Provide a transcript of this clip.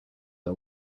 are